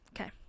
Okay